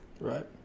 Right